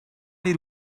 did